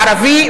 ערבי,